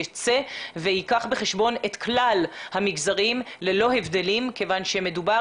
תצא ותיקח בחשבון את כלל המגזרים ללא הבדלים כיוון שמדובר